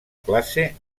classe